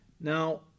Now